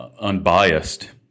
unbiased